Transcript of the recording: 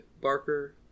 Barker